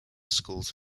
schools